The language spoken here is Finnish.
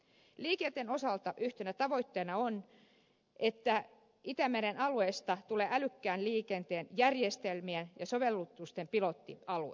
liikenteen osalta yhtenä tavoitteena on että itämeren alueesta tulee älykkään liikenteen järjestelmien ja sovellutusten pilottialue